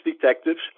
detectives